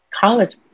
college